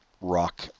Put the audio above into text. rock